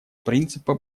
принципа